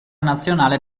nazionale